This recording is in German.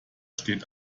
steht